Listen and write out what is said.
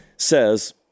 says